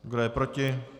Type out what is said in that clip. Kdo je proti?